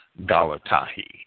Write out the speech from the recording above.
Galatahi